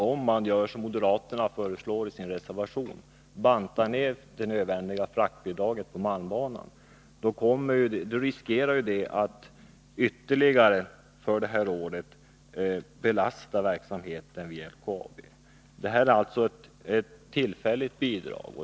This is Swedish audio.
Om man gör som moderaterna föreslår i sin reservation, bantar ned det nödvändiga fraktbidraget på malmbanan, riskerar man att ytterligare belasta verksamheten vid LKAB för det här året. Detta är alltså ett tillfälligt bidrag.